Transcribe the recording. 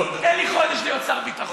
תן לי לא דקה, תן לי חודש להיות שר ביטחון.